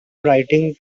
writing